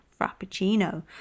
frappuccino